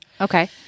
Okay